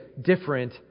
different